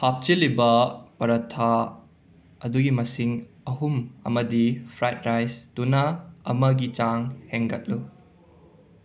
ꯍꯥꯞꯆꯤꯜꯂꯤꯕ ꯄꯔꯊꯥ ꯑꯗꯨꯒꯤ ꯃꯁꯤꯡ ꯑꯍꯨꯝ ꯑꯃꯗꯤ ꯐ꯭ꯔꯥꯏꯗ ꯔꯥꯏꯆꯇꯨꯅ ꯑꯃꯒꯤ ꯆꯥꯡ ꯍꯦꯟꯒꯠꯂꯨ